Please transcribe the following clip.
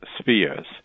spheres